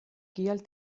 kial